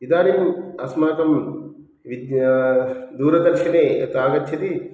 इदानीम् अस्माकं विद्या दूरदर्शने यथा गच्छति